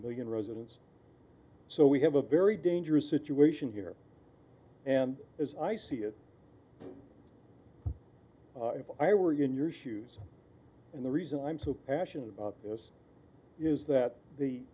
million residents so we have a very dangerous situation here and as i see it if i were you in your shoes and the reason i'm so passionate about this is that the